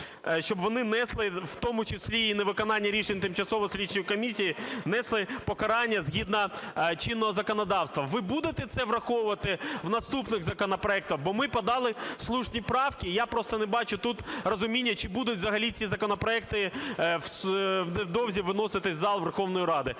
щоб вони несли, в тому числі і на виконання рішень тимчасово-слідчих комісій, несли покарання згідно чинного законодавства. Ви будете це враховувати в наступних законопроектах? Бо ми подали слушні правки, і я просто не бачу тут розуміння, чи будуть взагалі ці законопроекти невдовзі виноситися в зал Верховної Ради,